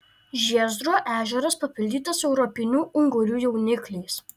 žiezdro ežeras papildytas europinių ungurių jaunikliais